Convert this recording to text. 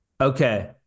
Okay